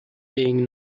being